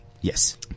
Yes